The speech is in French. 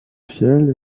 ciel